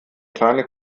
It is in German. kleine